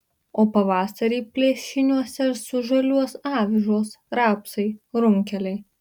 o pavasarį plėšiniuose sužaliuos avižos rapsai runkeliai